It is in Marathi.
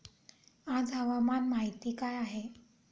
आज हवामान माहिती काय आहे?